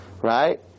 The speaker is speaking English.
right